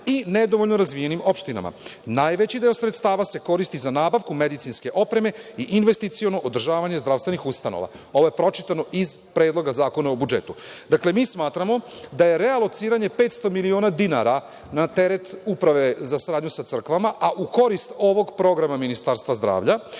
i nedovoljno razvijenim opštinama. Najveći deo sredstava se koristi za nabavku medicinske opreme i investiciono održavanje zdravstvenih ustanova“. Ovo je pročitano iz Predloga zakona o budžetu. Dakle, mi smatramo da je realociranje 500 miliona dinara na teret Uprave za saradnju sa crkvama, a u korist ovog programa Ministarstva zdravlja,